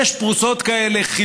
שש פרוסות כאלה.